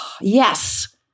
Yes